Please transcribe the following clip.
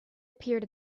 appeared